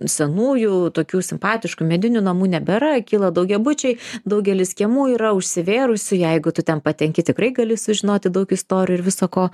senųjų tokių simpatiškų medinių namų nebėra kyla daugiabučiai daugelis kiemų yra užsivėrusių jeigu tu ten patenki tikrai gali sužinoti daug istorijų ir viso ko